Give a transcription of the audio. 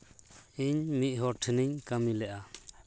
ᱤᱧ ᱢᱤᱫ ᱦᱚᱲ ᱴᱷᱮᱱᱤᱧ ᱠᱟᱹᱢᱤ ᱞᱮᱫᱼᱟ